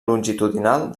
longitudinal